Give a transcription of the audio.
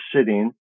sitting